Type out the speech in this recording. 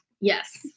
yes